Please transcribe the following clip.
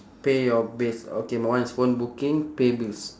pay your bills okay my one is phone booking pay bills